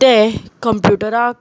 तें कंप्युटराक